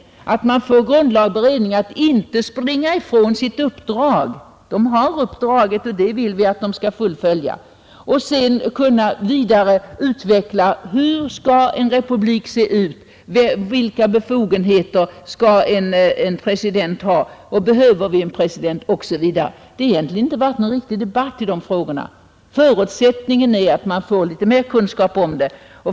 Genom att man får grundlagberedningen att inte springa ifrån sitt uppdrag utan fullfölja det kan man senare utveckla debatten om republik, hur den skall se ut, vilka befogenheter en president skall ha, om vi över huvud taget behöver en president etc. Det har egentligen inte förekommit någon riktig debatt i de frågorna. Förutsättningen är mer kunskap i ämnet.